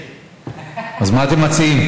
אז מה אתם מציעים?